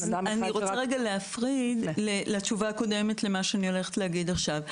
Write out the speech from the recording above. אני רוצה להפריד בין התשובה הקודמת למה שאני הולכת להגיד עכשיו.